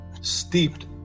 steeped